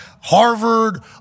Harvard